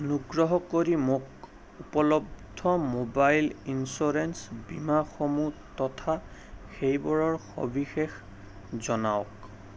অনুগ্ৰহ কৰি মোক উপলব্ধ ম'বাইল ইঞ্চুৰেঞ্চ বীমাসমূহ তথা সেইবোৰৰ সবিশেষ জনাওক